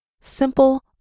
Simple